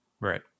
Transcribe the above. Right